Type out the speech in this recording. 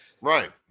Right